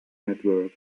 network